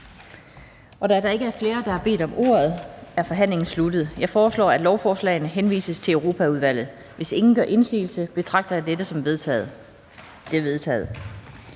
Da der ikke er flere, der har bedt om ordet, er forhandlingen sluttet. Jeg foreslår, at lovforslagene henvises til Europaudvalget. Hvis ingen gør indsigelse, betragter jeg det som vedtaget. Det er vedtaget.